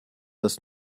das